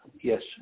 Yes